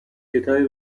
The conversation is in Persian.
کتابی